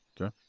Okay